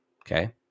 Okay